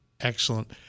Excellent